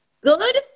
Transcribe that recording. Good